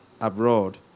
abroad